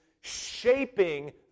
shaping